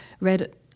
read